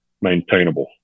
maintainable